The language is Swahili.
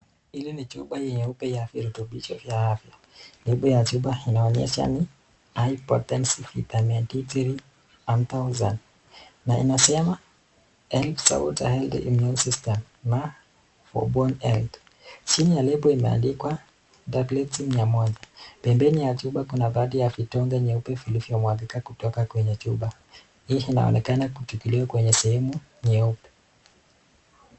Hili ni chupa nyeupe ya virutubishi vya afya, nembo ya chupa inaonyesha ni High-potency Vitamin D 1000 . Na inasema helps support healthy immune system na for bone health . Chini ya label imeandikwa tablets mia moja. Pembeni ya chupa kunaonekana vidonge vyeupe vilivyomwagika kutoka kwenye chupa, vinaonekana chuchululiwa kwenye sehemu nyeupe.